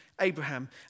Abraham